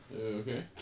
Okay